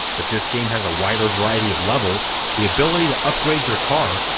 but this game has a wider variety of levels, the ability to upgrade your car,